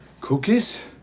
Cookies